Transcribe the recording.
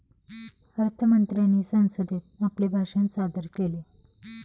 अर्थ मंत्र्यांनी संसदेत आपले भाषण सादर केले